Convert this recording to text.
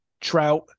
Trout